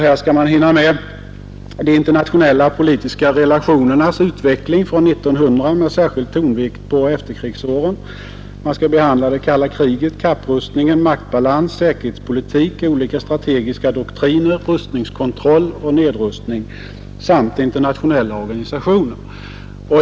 Här skall man hinna med de internationella politiska relationernas utveckling från 1900 med särskild tonvikt på efterkrigsåren, man skall behandla det kalla kriget, kapprustning, maktbalans, säkerhetspolitik, olika strategiska doktriner, rustningskontroll och nedrustning samt internationella organisationer.